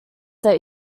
that